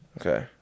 okay